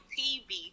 TV